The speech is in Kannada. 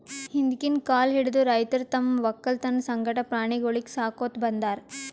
ಹಿಂದ್ಕಿನ್ ಕಾಲ್ ಹಿಡದು ರೈತರ್ ತಮ್ಮ್ ವಕ್ಕಲತನ್ ಸಂಗಟ ಪ್ರಾಣಿಗೊಳಿಗ್ ಸಾಕೋತ್ ಬಂದಾರ್